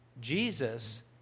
Jesus